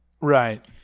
Right